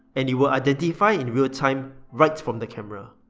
and it will identify in real-time right from the camera.